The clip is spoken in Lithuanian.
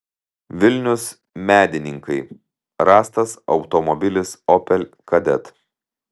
vilnius medininkai rastas automobilis opel kadett